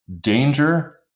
danger